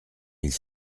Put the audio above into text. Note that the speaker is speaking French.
mille